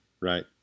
right